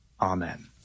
amen